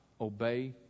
obey